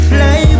Fly